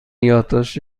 یادداشت